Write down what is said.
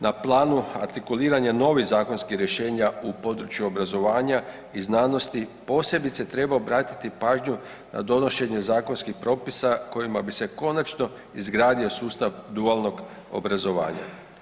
Na planu artikuliranja i novih zakonskih rješenja u području obrazovanja i znanosti posebice treba obratiti pažnju na donošenje zakonskih propisa kojima bi se konačno izgradio sustav dualnog obrazovanja.